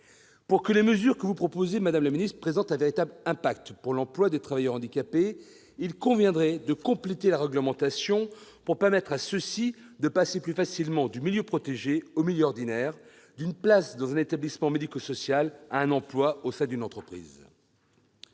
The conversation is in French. Pour que les mesures que vous proposez, madame la ministre, soient véritablement efficaces pour l'emploi des travailleurs handicapés, il conviendrait de compléter la réglementation pour permettre à ceux-ci de passer plus facilement du milieu protégé au milieu ordinaire, d'une place dans un établissement médico-social à un emploi au sein d'une entreprise.